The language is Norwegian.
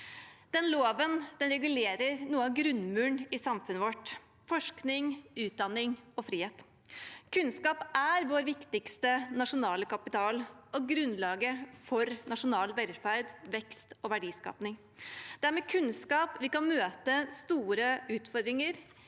på. Loven regulerer noe av grunnmuren i samfunnet vårt: forskning, utdanning og frihet. Kunnskap er vår viktigste nasjonale kapital og grunnlaget for nasjonal velferd, vekst og verdiskaping. Det er med kunnskap vi kan møte store utfordringer,